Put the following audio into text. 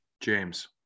James